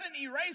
erase